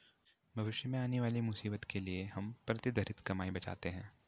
भविष्य में आने वाली मुसीबत के लिए हम प्रतिधरित कमाई बचाते हैं